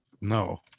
No